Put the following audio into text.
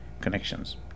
connections